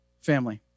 family